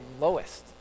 lowest